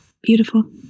Beautiful